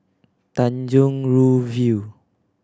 Tanjong Rhu View